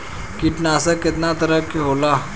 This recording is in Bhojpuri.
कीटनाशक केतना तरह के होला?